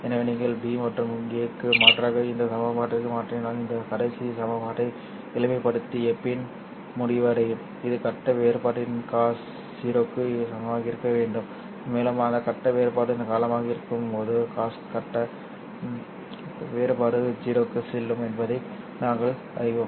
எனவே நீங்கள் b மற்றும் a க்கு மாற்றாக இந்த சமன்பாட்டிற்கு மாற்றினால் இந்த கடைசி சமன்பாட்டை எளிமைப்படுத்திய பின் முடிவடையும் இது கட்ட வேறுபாட்டின் cos 0 க்கு சமமாக இருக்க வேண்டும் மேலும் அந்த கட்ட வேறுபாடு காலமாக இருக்கும்போது காஸ் கட்ட வேறுபாடு 0 க்கு செல்லும் என்பதை நாங்கள் அறிவோம்